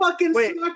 wait